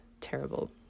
terrible